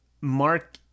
mark